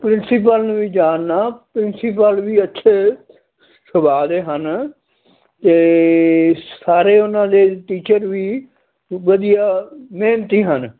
principal ਨੂੰ ਵੀ ਜਾਣਦਾ ਪ੍ਰਿੰਸੀਪਲ ਵੀ ਅੱਛੇ ਸੁਭਾਅ ਦੇ ਹਨ ਅਤੇ ਸਾਰੇ ਉਹਨਾਂ ਦੇ ਟੀਚਰ ਵੀ ਵ ਵਧੀਆ ਮਿਹਨਤੀ ਹਨ